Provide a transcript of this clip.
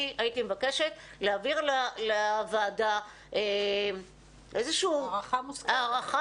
אני מבקשת להעביר לוועדה איזה שהיא הערכה